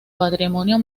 patrimonio